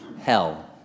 Hell